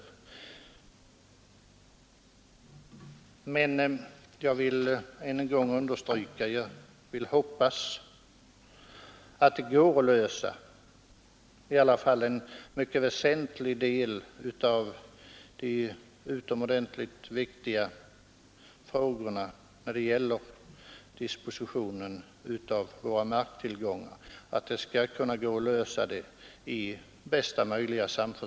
Jag vill än en gång understryka att jag hoppas att det skall gå att i bästa möjliga samförstånd lösa i varje fall en mycket väsentlig del av de utomordentligt viktiga frågor som rör dispositionen av våra marktillgångar.